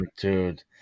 dude